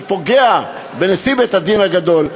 שפוגע בנשיא בית-הדין הגדול,